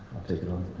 i'll take it on